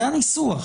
זה הניסוח.